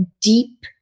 deep